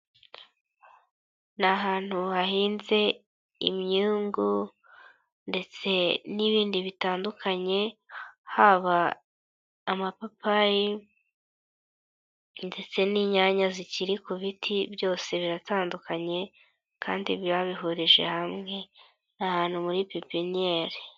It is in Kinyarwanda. Ni ahantu hahinze, imyungu, ndetse n'ibindi bitandukanye, haba, amapapayi, ndetse n'inyanya zikiri ku biti byose biratandukanye, kandi biba bihurije hamwe ni ahantu muri pipiniyeri.